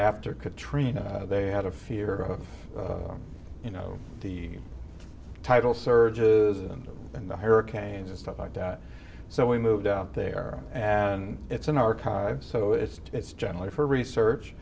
after katrina they had a fear of you know the tidal surges and the hurricanes and stuff like that so we moved out there and it's an archive so it's it's generally for research